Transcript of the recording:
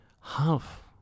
half